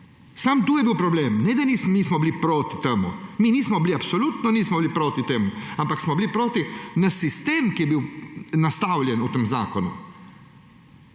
Samo to je bil problem. Ne da nismo bili proti temu, mi absolutno nismo bili proti temu, ampak smo bili proti sistemu, ki je bil nastavljen v tem zakonu.